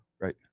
Right